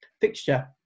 fixture